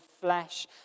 flesh